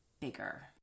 bigger